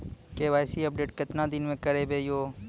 KYC update केतना दिन मे करेबे यो?